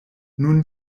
nun